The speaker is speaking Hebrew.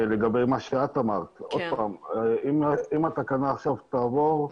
ולגבי מה שאת אמרת, אם התקנה עכשיו תעבור,